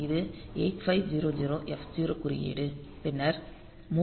இது 8500F0 குறியீடு பின்னர் mov 0f0h 00